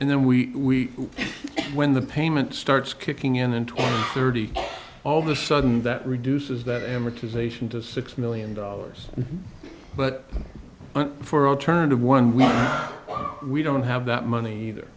and then we when the payment starts kicking in and twenty thirty all the sudden that reduces that amortization to six million dollars but for alternative one we don't have that money either